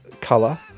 color